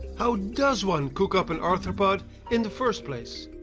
how does one cook up an arthropod in the first place?